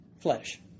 flesh